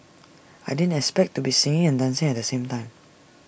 I didn't expect to be singing and dancing at the same time